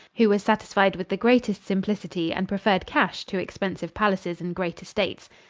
who was satisfied with the greatest simplicity and preferred cash to expensive palaces and great estates.